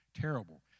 terrible